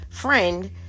friend